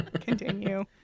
Continue